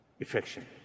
affection